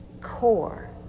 core